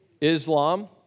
Islam